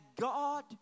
God